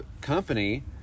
company